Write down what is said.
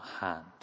hand